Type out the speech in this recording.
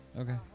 Okay